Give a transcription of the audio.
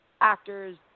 actors